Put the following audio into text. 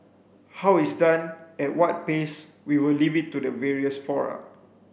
how it's done at what pace we will leave it to the various fora